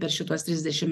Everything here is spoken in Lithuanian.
per šituos trisdešim